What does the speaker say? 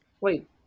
wait